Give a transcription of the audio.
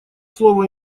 слово